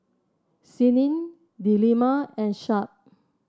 Senin Delima and Shuib